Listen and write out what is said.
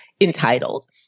entitled